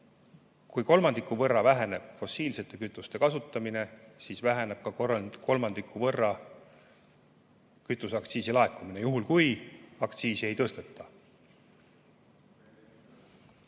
kui kolmandiku võrra väheneb fossiilsete kütuste kasutamine, siis väheneb ka kolmandiku võrra kütuseaktsiisi laekumine, juhul kui aktsiisi ei tõsteta.